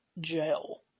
jail